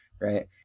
right